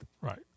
Right